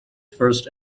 first